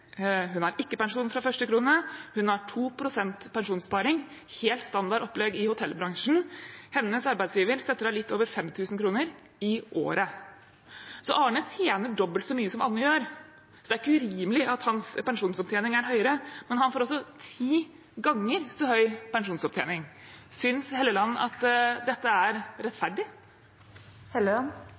Hun har ikke pensjon fra første krone. Hun har 2 pst. pensjonssparing – helt standard opplegg i hotellbransjen. Hennes arbeidsgiver setter av litt over 5 000 kr – i året. Arne tjener dobbelt så mye som Anne gjør, og det er ikke urimelig at hans pensjonsopptjening er høyere, men han får altså ti ganger så høy pensjonsopptjening. Synes Helleland at dette er rettferdig?